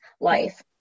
life